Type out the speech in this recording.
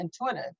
intuitive